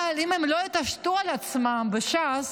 אבל אם הם לא יתעשתו על עצמם בש"ס